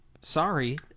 Sorry